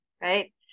right